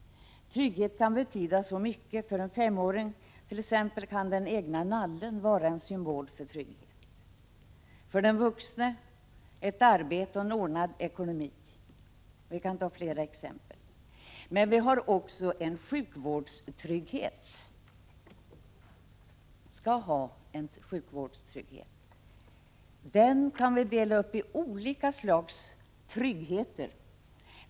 För en femåring kan den egna nallen vara en symbol för trygghet, för den vuxne arbete och ordnad ekonomi. Men vi bör också ha en sjukvårdstrygghet. Den kan vi dela upp i olika slags trygghet.